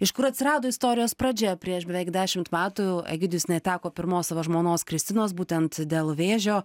iš kur atsirado istorijos pradžia prieš beveik dešimt metų egidijus neteko pirmos savo žmonos kristinos būtent dėl vėžio